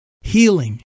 healing